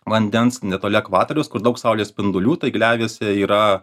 vandens netoli ekvatoriaus kur daug saulės spindulių tai gleivėse yra